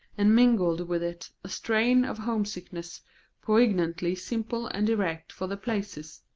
and mingled with it a strain of homesickness poignantly simple and direct for the places,